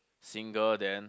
single then